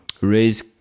raise